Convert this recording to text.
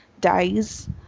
dies